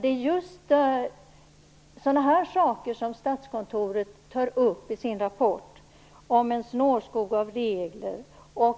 Det är just sådana här saker som Statskontoret tar upp i sin rapport om en snårskog av regler, om